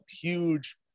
huge